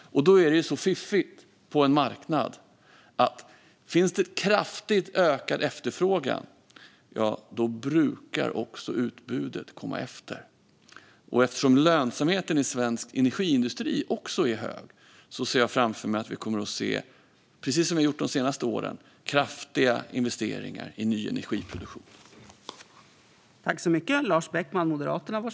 Då är det så fiffigt på en marknad att om det blir kraftigt ökad efterfrågan brukar också utbudet komma efter. Eftersom lönsamheten i svensk energiindustri är hög ser jag framför mig att det kommer att ske kraftiga investeringar i ny energiproduktion, precis som de senaste åren.